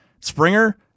Springer